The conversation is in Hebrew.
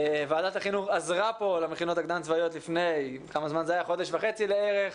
ועדת החינוך עזרה למכינות הקדם צבאיות לפני חודש וחצי לערך